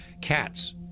Cats